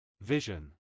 Vision